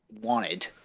wanted